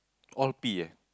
all P eh